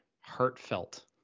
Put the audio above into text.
heartfelt